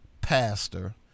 pastor